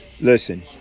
listen